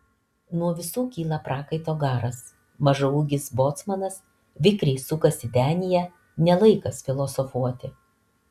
nuo visų kyla prakaito garas mažaūgis bocmanas vikriai sukasi denyje ne laikas filosofuoti